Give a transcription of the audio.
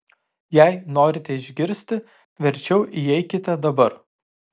jei norite išgirsti verčiau įeikite dabar